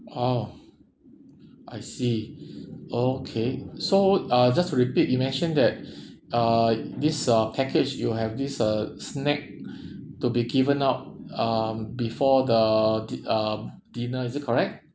oh I see okay so uh just to repeat you mentioned that uh this uh package you have this uh snack to be given out uh before the the uh dinner is it correct